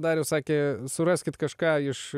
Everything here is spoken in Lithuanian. darius sakė suraskit kažką iš